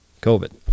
COVID